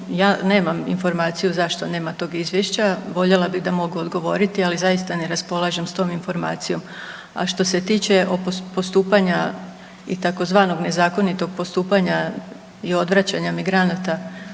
Ja nemam informaciju zašto nema tog Izvješća. Voljela bih da mogu odgovoriti, ali zaista ne raspolažem s tom informacijom. A što se tiče o postupanja i tzv. nezakonitog postupanja i odvraćanja migranata